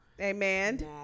Amen